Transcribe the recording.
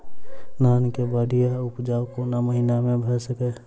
धान केँ बढ़िया उपजाउ कोण महीना मे भऽ सकैय?